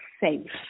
safe